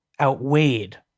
outweighed